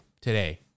today